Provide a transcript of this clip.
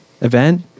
event